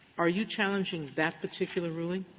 are you challenging that particular ruling,